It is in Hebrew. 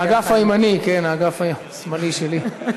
האגף הימני, כן, האגף השמאלי שלי.